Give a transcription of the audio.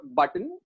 button